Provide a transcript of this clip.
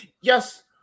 yes